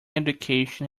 education